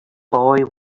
boy